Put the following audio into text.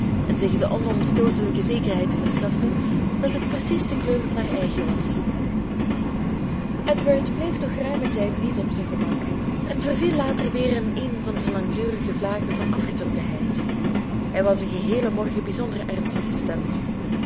en zich de onomstootelijke zekerheid te verschaffen dat het precies de kleur van haar eigen was edward bleef nog geruimen tijd niet op zijn gemak en verviel later weer in een van zijn langdurige vlagen van afgetrokkenheid hij was den geheelen morgen bijzonder ernstig gestemd